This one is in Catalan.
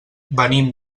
venim